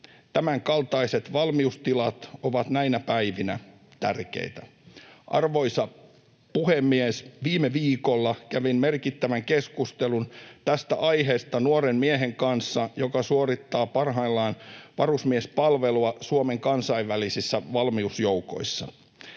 Tämänkaltaiset valmiustilat ovat näinä päivinä tärkeitä. Arvoisa puhemies! Viime viikolla kävin merkittävän keskustelun tästä aiheesta nuoren miehen kanssa, joka suorittaa parhaillaan varusmiespalvelua Suomen kansainvälisissä valmiusjoukoissa.